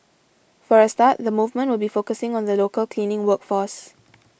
for a start the movement will be focusing on the local cleaning work force